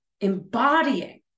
embodying